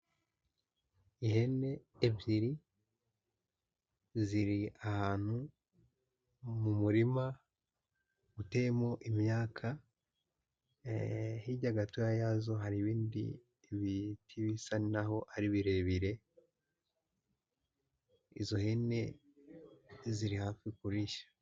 Ihene ebyiri ziri ahantu mu murima uteyemo imyaka, hirya gatoya yazo hari ibindi biti bisa naho ari birebire, izo hene ziri hafi kurisha.